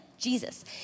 Jesus